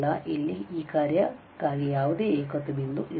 ಆದ್ದರಿಂದ ಇಲ್ಲಿ ಈ ಕಾರ್ಯಕ್ಕಾಗಿ ಯಾವುದೇ ಏಕತ್ವ ಬಿಂದು ಇಲ್ಲ